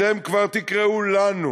אתם כבר תקראו לנו.